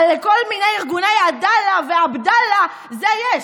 אבל לכל מיני ארגוני עדאלה ועבדאללה, זה יש.